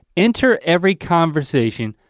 enter every conversation,